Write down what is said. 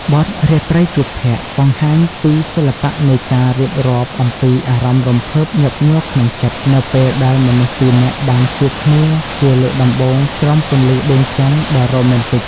បទ "រាត្រីជួបភក្រ្ត" បង្ហាញពីសិល្បៈនៃការរៀបរាប់អំពីអារម្មណ៍រំភើបញាប់ញ័រក្នុងចិត្ត នៅពេលដែលមនុស្សពីរនាក់បានជួបគ្នាជាលើកដំបូងក្រោមពន្លឺដួងច័ន្ទដ៏រ៉ូមែនទិក។